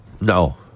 No